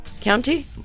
County